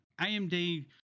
AMD